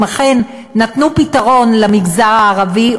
אם אכן נתנו פתרון למגזר הערבי,